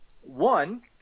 One